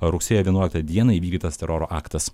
rugsėjo vienuoliktą dieną įvykdytas teroro aktas